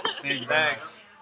Thanks